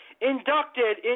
inducted